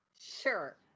sure